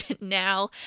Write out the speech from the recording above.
now